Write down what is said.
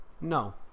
No